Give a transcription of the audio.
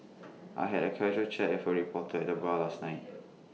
I had A casual chat with A reporter at the bar last night